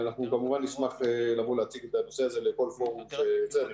אנחנו כמובן נשמח לבוא להציג את הנושא הזה לכל פורום שירצה.